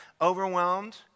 overwhelmed